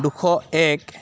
দুশ এক